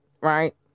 right